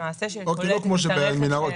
לא כמו במנהרות,